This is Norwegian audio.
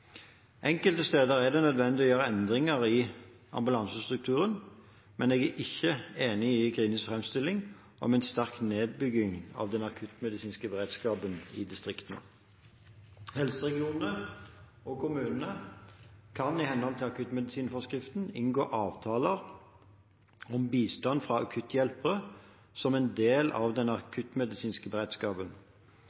Enkelte steder er det nødvendig å gjøre endringer i ambulansestrukturen, men jeg er ikke enig i Grenis framstilling om en sterk nedbygging av den akuttmedisinske beredskapen i distriktene. Helseregionene og kommunene kan, i henhold til akuttmedisinforskriften, inngå avtaler om bistand fra akutthjelpere som en del av den